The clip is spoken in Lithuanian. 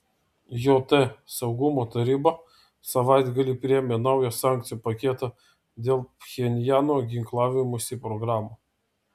jt saugumo taryba savaitgalį priėmė naują sankcijų paketą dėl pchenjano ginklavimosi programų